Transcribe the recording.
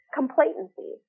complacency